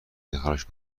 دلخراش